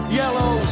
yellow